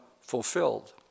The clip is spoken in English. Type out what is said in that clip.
fulfilled